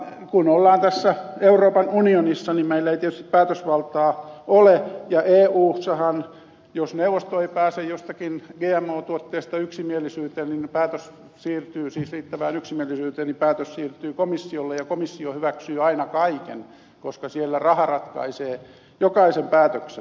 mutta kun ollaan tässä euroopan unionissa niin meillä ei tietysti päätösvaltaa ole ja eussahan jos neuvosto ei pääse jostakin gmo tuotteesta riittävään yksimielisyyteen päätös siirtyy komissiolle ja komissio hyväksyy aina kaiken koska siellä raha ratkaisee jokaisen päätöksen